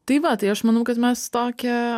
tai va tai aš manau kad mes tokią